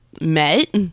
met